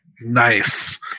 Nice